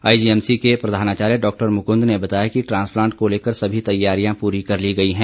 IGMC के प्रधानाचार्य डॉ मुकुंद ने बताया कि ट्रांसप्लांट को लेकर सभी तैयारियां पूरी कर ली गई है